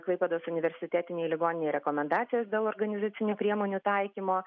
klaipėdos universitetinei ligoninei rekomendacijas dėl organizacinių priemonių taikymo